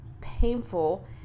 painful